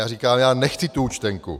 Já říkám: Já nechci tu účtenku.